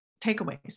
takeaways